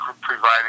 providing